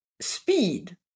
speed